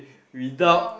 without